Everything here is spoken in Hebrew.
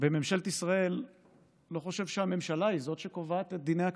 בממשלת ישראל לא חושב שהממשלה היא שקובעת את דיני הכשרות.